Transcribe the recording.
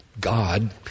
God